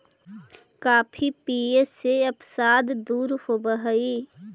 coffee पीये से अवसाद दूर होब हई